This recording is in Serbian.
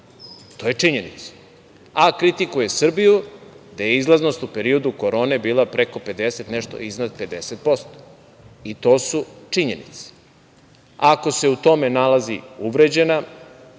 To je činjenica, a kritikuje Srbiju gde je izlaznost u periodu korone bila preko 50 i nešto, iznad 50% i to su činjenice. Ako se u tome nalazi uvređena